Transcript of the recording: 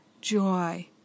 joy